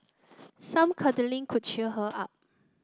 some cuddling could cheer her up